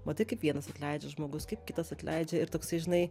matai kaip vienas atleidžia žmogus kaip kitas atleidžia ir toksai žinai